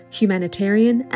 humanitarian